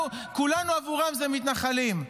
בעבורם, כולנו זה מתנחלים.